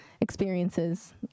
experiences